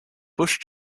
bush